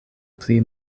pli